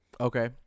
Okay